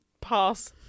pass